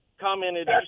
commented –